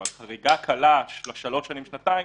אבל חריגה קלה של שלוש שנים או שנתיים,